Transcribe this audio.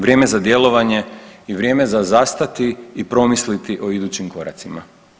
Vrijeme za djelovanje i vrijeme za zastati i promisliti o idućim koracima.